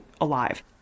alive